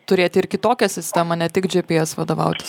turėti ir kitokią sistemą ne tik gps vadovautis